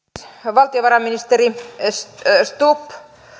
valtiovarainministeri stubb